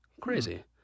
Crazy